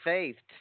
Faith